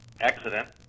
accident